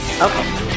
Okay